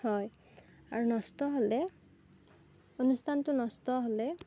হয় আৰু নষ্ট হ'লে অনুষ্ঠানটো নষ্ট হ'লে